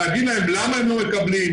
להגיד להם למה הם לא מקבלים,